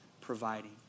providing